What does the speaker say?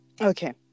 okay